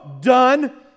done